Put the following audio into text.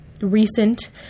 recent